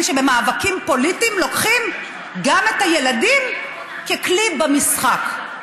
שבמאבקים פוליטיים לוקחים גם את הילדים ככלי במשחק.